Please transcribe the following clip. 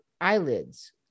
eyelids